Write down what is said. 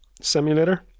simulator